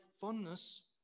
fondness